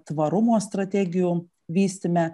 tvarumo strategijų vystyme